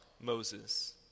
Moses